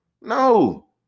No